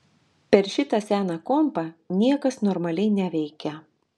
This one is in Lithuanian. per šitą seną kompą niekas normaliai neveikia